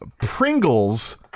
Pringles